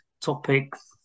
topics